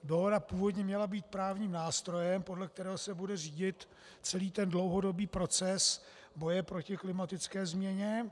Dohoda původně měla být právním nástrojem, podle kterého se bude řídit celý ten dlouhodobý proces boje proti klimatické změně.